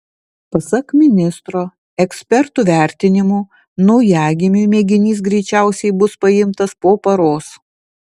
pasak ministro ekspertų vertinimu naujagimiui mėginys greičiausiai bus paimtas po paros